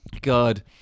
God